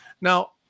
Now